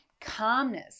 calmness